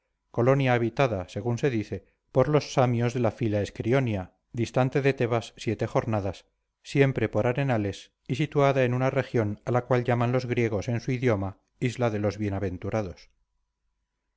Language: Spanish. colonia habitada según se dice por los samios de la fila escrionia distante de tebas siete jornadas siempre por arenales y situada en una región a la cual llaman los griegos en su idioma isla de los bienaventurados